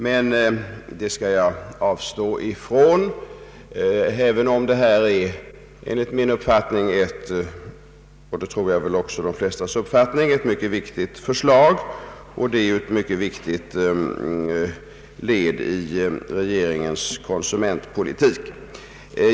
Jag skall dock avstå därifrån, även om vad som här föreslås enligt såväl min som troligen också de flestas uppfattning är ett mycket viktigt förslag och ett mycket viktigt led i regeringens konsumentpolitik.